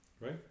Right